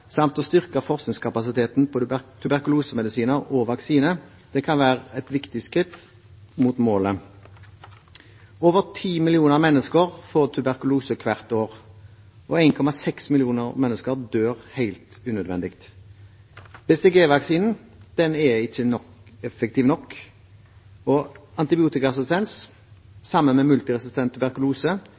samt å styrke forskningskapasiteten på tuberkulosemedisiner og vaksine kan være et viktig skritt mot målet. Over 10 millioner mennesker får tuberkulose hvert år, og 1,6 millioner mennesker dør helt unødvendig. BCG-vaksinen er ikke effektiv nok. Antibiotikaresistens, sammen med multiresistent tuberkulose,